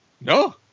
No